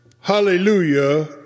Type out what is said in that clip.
hallelujah